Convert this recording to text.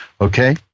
Okay